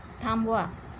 थांबवा